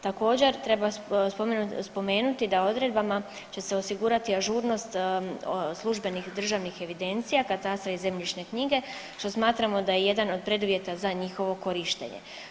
Također, treba spomenuti da odredbama će se osigurati ažurnost službenih državnih evidencija, katastra i zemljišne knjige, što smatramo da je jedan od preduvjeta za njihovo korištenje.